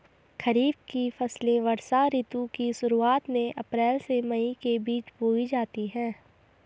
खरीफ की फसलें वर्षा ऋतु की शुरुआत में, अप्रैल से मई के बीच बोई जाती हैं